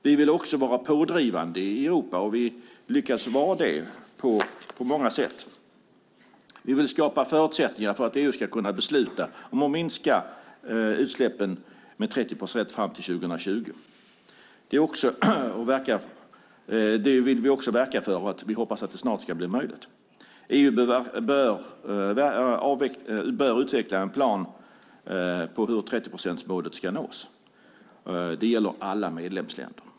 Vi vill också var pådrivande i Europa, och vi lyckas vara det på många sätt. Vi vill skapa förutsättningar för att EU ska kunna besluta om att minska utsläppen med 30 procent fram till 2020. Det vill vi också verka för, och vi hoppas att det snart ska bli möjligt. EU bör utveckla en plan för hur 30-procentsmålet ska nås. Det gäller alla medlemsländer.